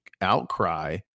outcry